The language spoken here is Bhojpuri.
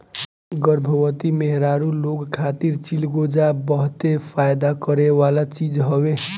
गर्भवती मेहरारू लोग खातिर चिलगोजा बहते फायदा करेवाला चीज हवे